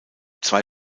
zwei